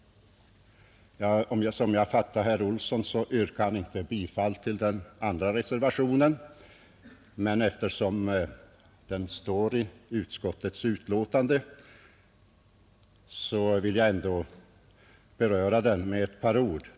Som jag fattade herr Olsson i Stockholm yrkade han inte bifall till reservationen 2, men eftersom den står i utskottets betänkande vill jag ändå beröra den med ett par ord.